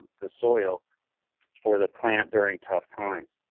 the soil for the plant during tough times.